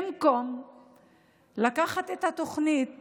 במקום לקחת את התוכנית